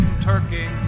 turkey